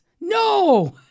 No